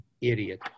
idiot